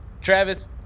Travis